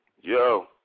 Yo